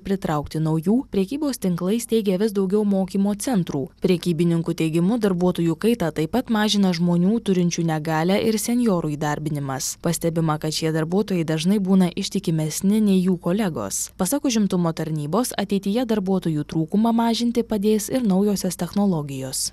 pritraukti naujų prekybos tinklais teigia vis daugiau mokymo centrų prekybininkų teigimu darbuotojų kaitą taip pat mažina žmonių turinčių negalią ir senjorų įdarbinimas pastebima kad šie darbuotojai dažnai būna ištikimesni nei jų kolegos pasak užimtumo tarnybos ateityje darbuotojų trūkumą mažinti padės ir naujosios technologijos